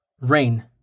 Rain